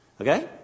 Okay